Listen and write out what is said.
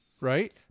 Right